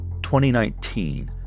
2019